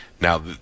Now